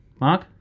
Mark